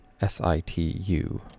S-I-T-U